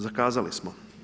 Zakazali smo.